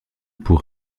pour